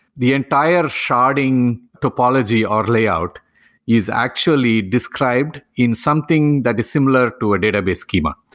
the entire sharding topology or layout is actually described in something that is similar to a database schema.